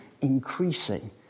increasing